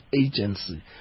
agency